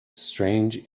strange